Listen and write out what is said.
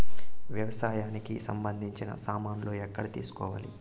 వ్యవసాయానికి సంబంధించిన సామాన్లు ఎక్కడ తీసుకోవాలి?